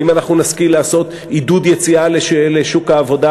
האם אנחנו נשכיל לעודד יציאה לשוק העבודה